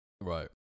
Right